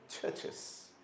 churches